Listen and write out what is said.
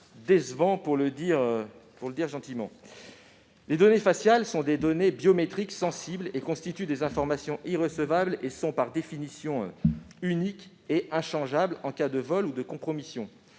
qui ont été décevants. Les données faciales sont des données biométriques sensibles et constituent des informations irrévocables. Elles sont, par définition, uniques et inchangeables en cas de vol ou de compromission.